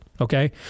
Okay